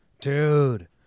Dude